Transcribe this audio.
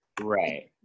Right